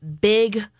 big